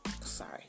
Sorry